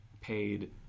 paid